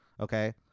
Okay